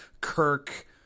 Kirk